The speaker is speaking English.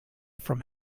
from